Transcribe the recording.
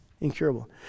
incurable